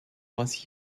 was